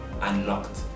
unlocked